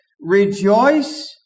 Rejoice